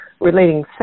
relating